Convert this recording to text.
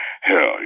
Hell